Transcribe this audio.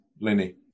Lenny